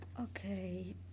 Okay